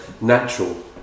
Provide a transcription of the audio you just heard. natural